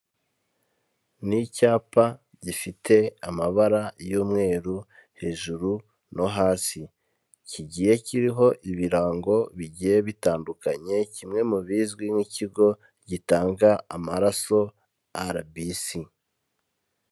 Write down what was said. Ni icyapa gifite amabara y'umweru hejuru no hasi kigiye kiriho ibirango bigiye bitandukanye kimwe mu bizwi nk'ikigo gitanga amaraso rbc.